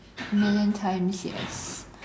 million times yes